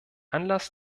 anlass